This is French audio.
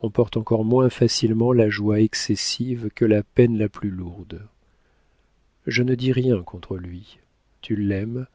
on porte encore moins facilement la joie excessive que la peine la plus lourde je ne dis rien contre lui tu l'aimes